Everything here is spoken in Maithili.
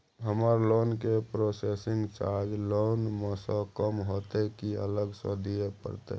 हमर लोन के प्रोसेसिंग चार्ज लोन म स कम होतै की अलग स दिए परतै?